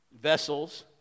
Vessels